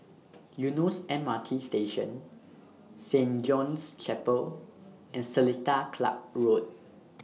Eunos MRT Station Saint John's Chapel and Seletar Club Road